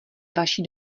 vaší